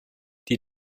die